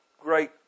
great